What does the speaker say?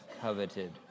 coveted